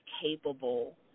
capable